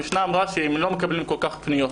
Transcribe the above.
המשנה אמרה שהם לא מקבלים כל כך הרבה פניות.